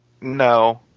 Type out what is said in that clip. no